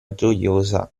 gioiosa